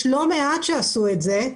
ויש לא מעט שעשו את זה,